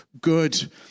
good